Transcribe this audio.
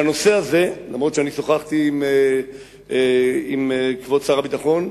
בנושא הזה, אף-על-פי ששוחחתי עם כבוד שר הביטחון,